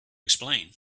explain